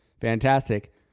Fantastic